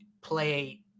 play